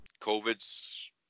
COVID's